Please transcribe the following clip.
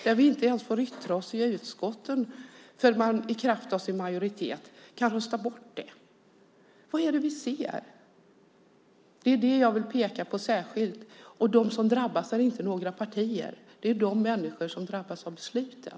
Vi får inte ens yttra oss i utskotten för att man i kraft av sin majoritet kan rösta bort det. Vad är det vi ser? Det är särskilt det jag vill peka på. Och de som drabbas är inte några partier utan människorna som omfattas av besluten.